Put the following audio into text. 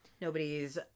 nobody's